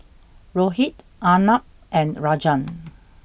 Rohit Arnab and Rajan